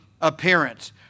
appearance